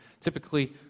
Typically